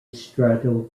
straddle